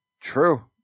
True